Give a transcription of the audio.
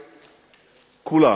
שאולי כולם,